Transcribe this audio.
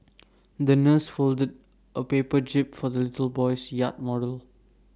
the nurse folded A paper jib for the little boy's yacht model